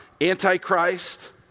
Antichrist